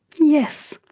yes,